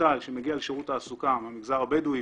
מובטל מהמגזר הבדואי שמגיע לשירות התעסוקה לא רק